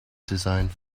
designed